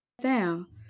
down